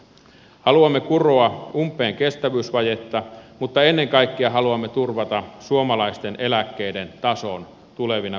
haluamme kuroa umpeen kestävyysvajetta mutta ennen kaikkea haluamme turvata suomalaisten eläkkeiden tason tulevina vuosikymmeninä